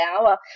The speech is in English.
hour